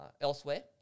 elsewhere